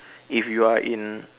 if you are in